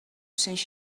cents